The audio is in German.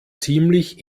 ziemlich